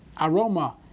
Aroma